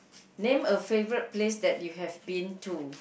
name a favourite place that you have been to